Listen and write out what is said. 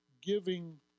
giving